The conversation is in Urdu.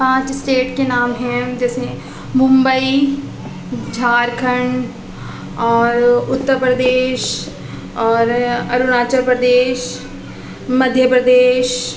پانچ اسٹیٹ کے نام ہیں جیسے ممبئی جھارکھنڈ اور اتر پردیش اور اروناچل پردیش مدھیہ پردیش